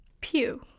Pew